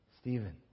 Stephen